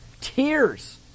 Tears